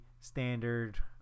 standard